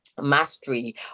mastery